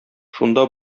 шунда